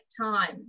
time